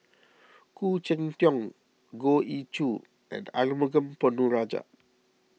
Khoo Cheng Tiong Goh Ee Choo and Arumugam Ponnu Rajah